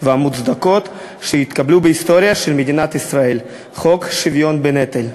והמוצדקות שהתקבלו בהיסטוריה של מדינת ישראל: חוק השוויון בנטל.